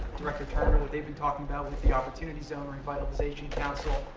director turner what they've been talking about with the opportunity zone revitalization council,